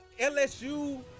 LSU